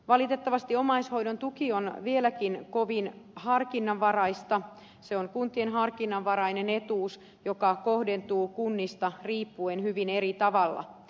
valitettavasti omaishoidon tuki on vieläkin kovin harkinnanvaraista se on kuntien harkinnanvarainen etuus joka kohdentuu kunnista riippuen hyvin eri tavalla